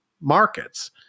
markets